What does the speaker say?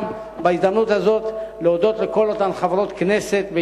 ובהזדמנות הזאת אני רוצה להודות לכל אותן חברות הכנסת,